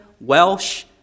Welsh